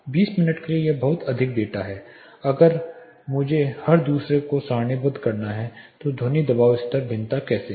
20 minute के लिए बहुत अधिक डेटा है इसलिए अगर मुझे हर दूसरे को सारणीबद्ध करना है कि ध्वनि दबाव स्तर भिन्नता कैसे है